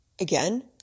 again